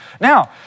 Now